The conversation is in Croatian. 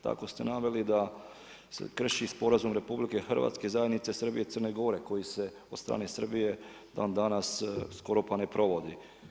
Tako ste naveli da se krši sporazum RH, zajednice Srbije i Crne Gore, koji se od strane Srbije dan danas skoro pa ne provodi.